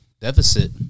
deficit